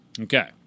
Okay